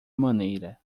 maneira